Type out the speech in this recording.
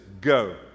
go